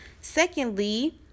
Secondly